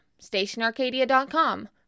stationarcadia.com